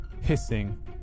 hissing